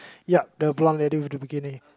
yup the blonde lady with the bikini